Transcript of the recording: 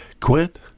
Quit